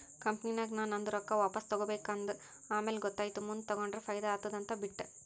ಕಂಪನಿನಾಗ್ ನಾ ನಂದು ರೊಕ್ಕಾ ವಾಪಸ್ ತಗೋಬೇಕ ಅಂದ ಆಮ್ಯಾಲ ಗೊತ್ತಾಯಿತು ಮುಂದ್ ತಗೊಂಡುರ ಫೈದಾ ಆತ್ತುದ ಅಂತ್ ಬಿಟ್ಟ